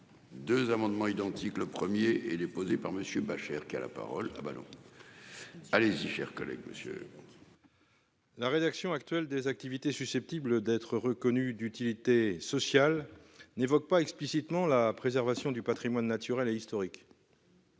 2 amendements identiques, le 1er et les posée par monsieur Bachere qui a la parole à ballon. Allez-y, chers collègues, monsieur. La rédaction actuelle des activités susceptibles d'être reconnus d'utilité sociale n'évoque pas explicitement la préservation du Patrimoine naturel et historique.